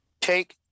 take